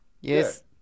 Yes